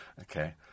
Okay